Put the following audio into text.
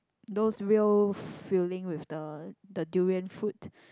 those real feeling with the the durian foods